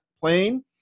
plane